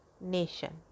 nation